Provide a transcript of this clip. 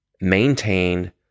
maintained